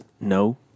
No